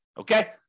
Okay